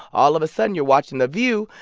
all of a sudden you're watching the view,